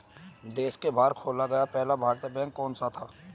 देश के बाहर खोला गया पहला भारतीय बैंक कौन सा था?